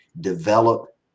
develop